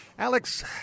Alex